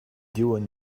dylan